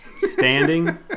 standing